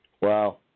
wow